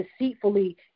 deceitfully